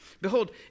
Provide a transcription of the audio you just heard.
Behold